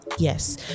Yes